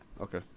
Okay